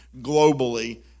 globally